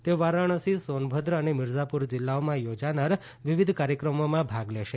તેઓ વારાણસી સોનભદ્ર અને મીરઝાપુર જીલ્લાઓમાં યોજાનાર વિવિધ કાર્યક્રમોમાં ભાગ લેશે